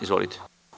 Izvolite.